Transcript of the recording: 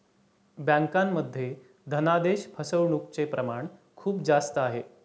बँकांमध्ये धनादेश फसवणूकचे प्रमाण खूप जास्त आहे